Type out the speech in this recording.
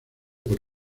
por